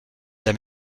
dame